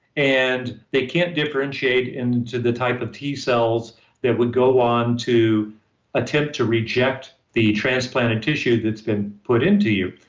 and they can't differentiate into the type of t cells that would go on to attempt to reject the transplanted tissue that's been put into you.